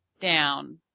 down